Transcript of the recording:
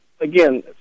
again